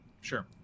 sure